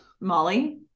molly